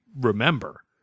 remember